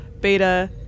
Beta